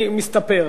אני מסתפר,